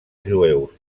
jueus